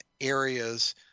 areas